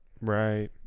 right